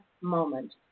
moment